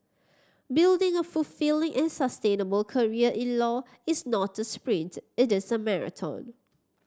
building a fulfilling and sustainable career in law is not a sprint it is a marathon